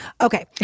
Okay